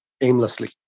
aimlessly